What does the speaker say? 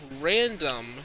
random